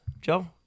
Joe